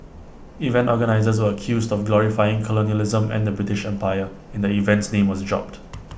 event organisers were accused of glorifying colonialism and the British empire and the event's name was dropped